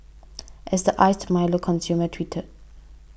as the Iced Milo consumer tweeted